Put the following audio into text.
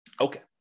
Okay